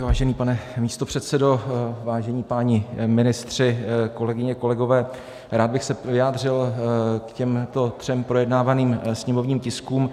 Vážený pane místopředsedo, vážení páni ministři, kolegyně, kolegové, rád bych se vyjádřil k těm třem projednávaným sněmovním tiskům.